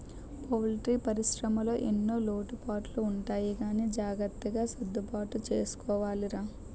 poultry పరిశ్రమలో ఎన్నో లోటుపాట్లు ఉంటాయి గానీ జాగ్రత్తగా సర్దుబాటు చేసుకోవాలిరా